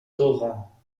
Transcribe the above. torrents